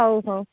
ହଉ ହଉ